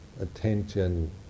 attention